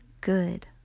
good